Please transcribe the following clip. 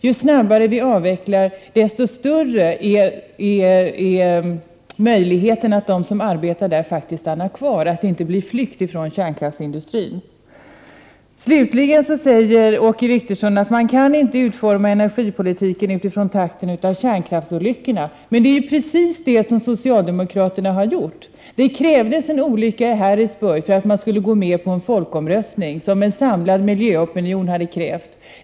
Ju snabbare vi avvecklar, desto större är möjligheten att de som arbetar i kärnkraftsindustrin stannar kvar och att det inte blir en flykt från den industrin. Slutligen säger Åke Wictorsson att man inte kan utforma energipolitiken utifrån den takt med vilken det inträffar kärnkraftsolyckor. Men det är ju precis det som socialdemokraterna har gjort! Det krävdes en olycka i Harrisburg för att man skulle gå med på en folkomröstning, som en samlad miljöopinion hade krävt.